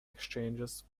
exchanges